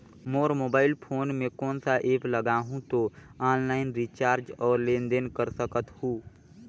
मोर mobile phone मे कोन सा एप्प लगा हूं तो ऑनलाइन रिचार्ज और लेन देन कर सकत हू?